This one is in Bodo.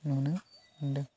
नुनो मोनदों